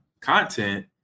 content